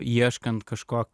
ieškant kažko